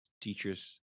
teachers